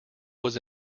was